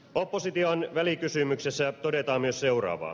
opposition välikysymyksessä todetaan myös seuraavaa